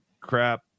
crap